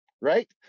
right